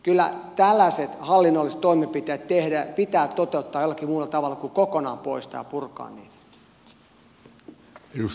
kyllä tällaiset hallinnolliset toimenpiteet pitää toteuttaa jollakin muulla tavalla kuin kokonaan poistaa ja purkaa niitä